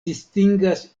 distingas